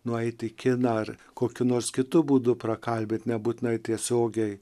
nueiti iki dar kokiu nors kitu būdu prakalbinti nebūtinai tiesiogiai